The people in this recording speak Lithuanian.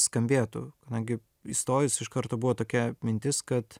skambėtų kadangi įstojus iš karto buvo tokia mintis kad